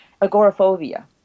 agoraphobia